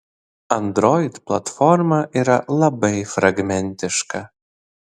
android platforma yra labai fragmentiška